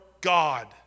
God